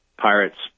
Pirates